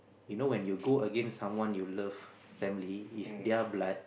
you know when you go against someone you love family is their blood